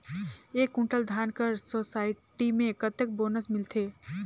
एक कुंटल धान कर सोसायटी मे कतेक बोनस मिलथे?